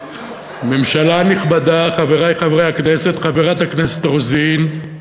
ממשלה נכבדה, חברי חברי הכנסת, חברת הכנסת רוזין,